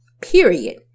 Period